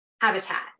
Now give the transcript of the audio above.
habitat